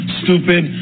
stupid